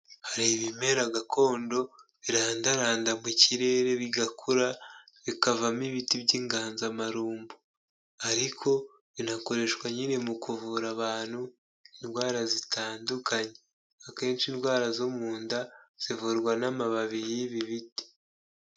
Hari ibimera gakondo birandaranda mu kirere bigakura bikavamo ibiti by'inganzamarumbu, ariko binakoreshwa nyine mu kuvura abantu indwara zitandukanye, akenshi indwara zo mu nda zivurwa n'amababi y'ibi biti.